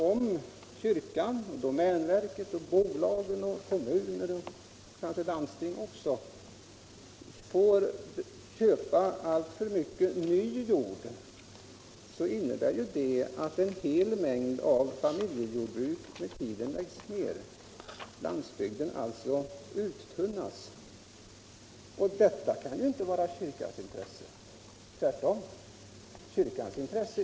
Om kyrkan, domänverket, bolag, kommuner och kanske även landsting får köpa alltför mycket ny jord medför det att en hel mängd familjejordbruk med tiden läggs ned och landsbygden uttunnas. Detta kan inte ligga i kyrkans intresse.